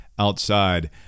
outside